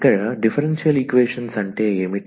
ఇక differential equations అంటే ఏమిటి